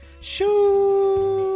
Shoo